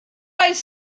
oedd